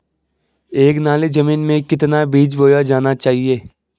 एक नाली जमीन में कितना बीज बोया जाना चाहिए?